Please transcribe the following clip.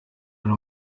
ari